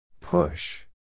Push